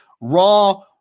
raw